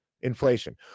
inflation